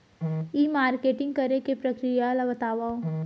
ई marketing करे के प्रक्रिया ला बतावव?